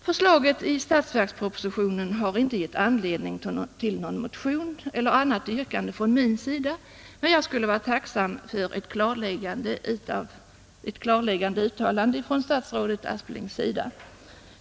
Förslaget i statsverkspropositionen har inte givit anledning till någon motion eller annat yrkande från min sida, men jag skulle vara tacksam för ett klarläggande uttalande från statsrådet Aspling.